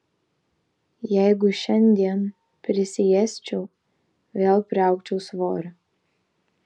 jeigu šiandien prisiėsčiau vėl priaugčiau svorio